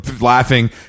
laughing